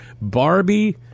Barbie